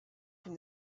from